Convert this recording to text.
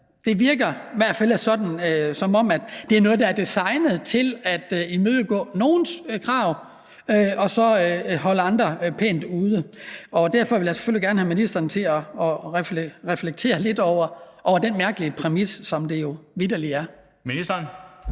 Det virker i hvert fald, som om det er noget, der er designet til at imødekomme nogles krav og så holde andre pænt ude. Derfor vil jeg selvfølgelig gerne have ministeren til at reflektere lidt over den mærkelige præmis, som det jo vitterlig er.